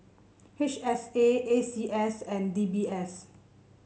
H S A A C S and D B S